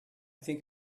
think